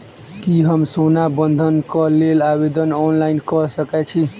की हम सोना बंधन कऽ लेल आवेदन ऑनलाइन कऽ सकै छी?